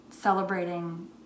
celebrating